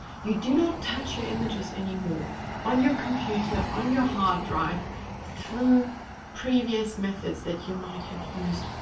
you do not touch your images anymore on your computer, on your hard drive through previous methods that you might have used,